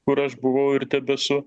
kur aš buvau ir tebesu